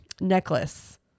necklace